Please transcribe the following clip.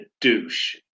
douche